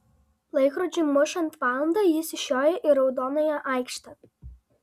laikrodžiui mušant valandą jis išjojo į raudonąją aikštę